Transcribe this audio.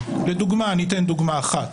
אתן דוגמה אחת.